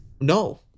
No